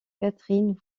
catherine